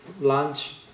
lunch